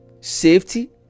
safety